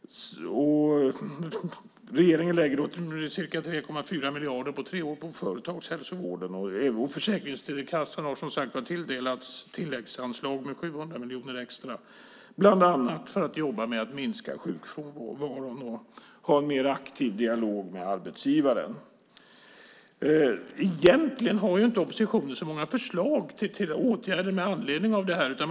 Regeringen lägger ca 3,4 miljarder under tre år på företagshälsovården. Även Försäkringskassan har som sagt tilldelats tilläggsanslag med 700 miljoner extra bland annat för att jobba med att minska sjukfrånvaron och föra en mer aktiv dialog med arbetsgivaren. Egentligen har inte oppositionen så många förslag till åtgärder med anledning av detta.